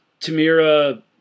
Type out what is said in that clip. Tamira